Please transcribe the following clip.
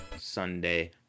Sunday